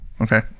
Okay